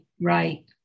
Right